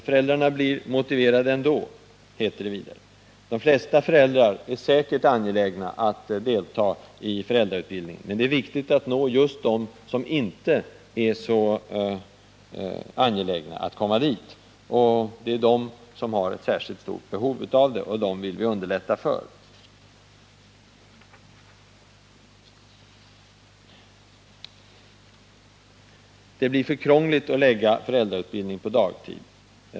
Föräldrarna blir motiverade ändå, heter det vidare. Också jag vill framhålla att de flesta föräldrar säkerligen är angelägna om att delta i föräldrautbildning. Men jag vill understryka att det är viktigt att nå även dem som inte är så angelägna om att komma dit. Det är de som har särskilt stort behov av denna utbildning, och vi vill underlätta deras deltagande. Man anför också att det blir för krångligt att lägga föräldrautbildning på dagtid.